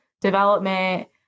development